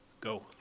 go